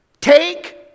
Take